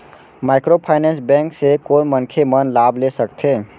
Microfinance bank से कोन मनखे मन लाभ ले सकथे?